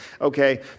okay